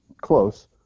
close